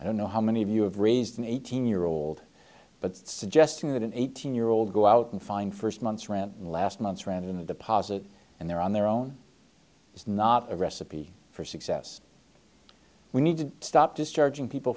i don't know how many of you have raised an eighteen year old but suggesting that an eighteen year old go out and find first month's rent and last month's rent in the deposit and they're on their own is not a recipe for success we need to stop discharging people